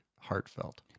heartfelt